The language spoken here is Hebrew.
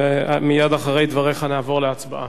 ומייד אחרי דבריך נעבור להצבעה.